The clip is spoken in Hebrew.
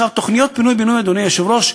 תוכניות פינוי-בינוי, אדוני היושב-ראש,